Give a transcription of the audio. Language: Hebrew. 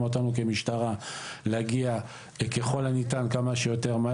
אותנו כמשטרה להגיע ככל הניתן כמה שיותר,